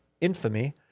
infamy